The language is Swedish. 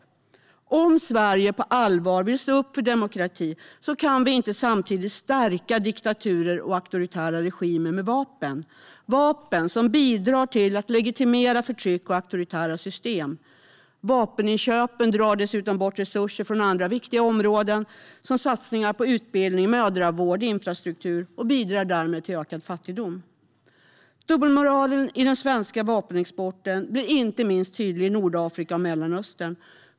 Om Sverige på allvar vill stå upp för demokrati kan vi inte samtidigt stärka diktaturer och auktoritära regimer med vapen. Dessa vapen bidrar till att legitimera förtryck och auktoritära system. Vapeninköpen drar dessutom bort resurser från andra viktiga områden, som satsningar på utbildning, mödravård och infrastruktur, och bidrar därmed till ökad fattigdom. Dubbelmoralen i den svenska vapenexporten blir inte minst tydlig i Nordafrika och Mellanöstern.